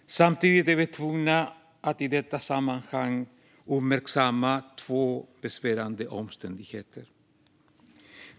Samtidigt är vi tvungna att i detta sammanhang uppmärksamma två besvärande omständigheter.